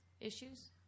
issues